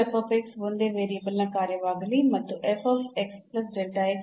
yf ಒಂದೇ ವೇರಿಯೇಬಲ್ನ ಕಾರ್ಯವಾಗಲಿ ಮತ್ತು ಅನುಪಾತ